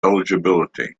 eligibility